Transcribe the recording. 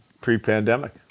pre-pandemic